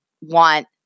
want